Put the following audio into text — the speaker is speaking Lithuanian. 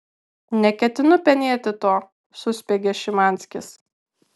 neketinu penėti to suspiegė šimanskis